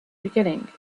beginning